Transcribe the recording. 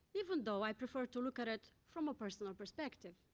even though i prefer to look at at from a personal perspective.